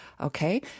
Okay